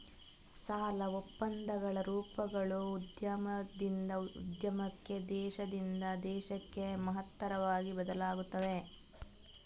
ಸಾಲ ಒಪ್ಪಂದಗಳ ರೂಪಗಳು ಉದ್ಯಮದಿಂದ ಉದ್ಯಮಕ್ಕೆ, ದೇಶದಿಂದ ದೇಶಕ್ಕೆ ಮಹತ್ತರವಾಗಿ ಬದಲಾಗುತ್ತವೆ